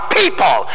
people